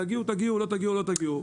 תגיעו תגיעו, לא תגיעו לא תגיעו.